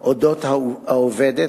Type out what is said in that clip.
על העובדת,